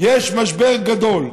יש משבר גדול.